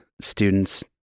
students